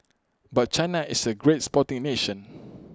but China is A great sporting nation